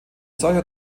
solcher